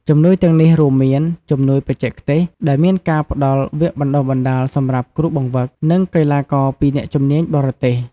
ជំនួយទាំងនេះរួមមាន៖ ជំនួយបច្ចេកទេស ដែលមានការផ្ដល់វគ្គបណ្ដុះបណ្ដាលសម្រាប់គ្រូបង្វឹក និងកីឡាករពីអ្នកជំនាញបរទេស។